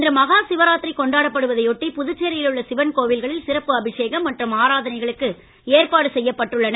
இன்று மஹாசிவராத்திரி கொண்டாடப்படுவதை ஒட்டி புதுச்சேரியிலுள்ள சிவன் கோவில்களில் சிறப்பு அபிஷேகம் மற்றும் ஆராதனைகளுக்கு ஏற்பாடு செய்யப்பட்டுள்ளன